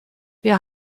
wir